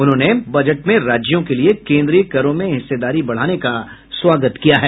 उन्होंने बजट में राज्यों के लिये केन्द्रीय करो में हिस्सेदारी बढ़ाने का स्वागत किया है